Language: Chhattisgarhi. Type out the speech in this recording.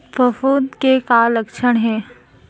फफूंद के का लक्षण हे?